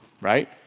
right